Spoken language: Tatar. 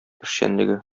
эшчәнлеге